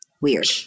weird